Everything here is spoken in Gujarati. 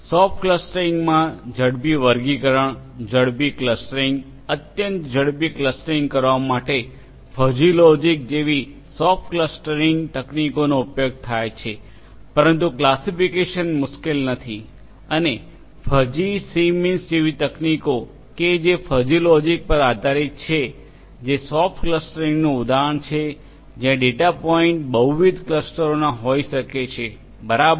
સોફ્ટ ક્લસ્ટરિંગમાં ઝડપી વર્ગીકરણ ઝડપી ક્લસ્ટરીંગ અત્યંત ઝડપી ક્લસ્ટરીંગ કરવા માટે ફઝી લોજિક જેવી સોફ્ટ ક્લસ્ટરિંગ તકનીકોનો ઉપયોગ થાય છે પરંતુ ક્લાસિફિકેશન મુશ્કેલ નથી અને ફઝી સી મીન્સ જેવી તકનીકો જે ફઝી લોજિક પર આધારિત છે જે સોફ્ટ ક્લસ્ટરીંગનું ઉદાહરણ છે જ્યાં ડેટા પોઇન્ટ બહુવિધ ક્લસ્ટરોના હોઈ શકે છે બરાબર